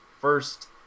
First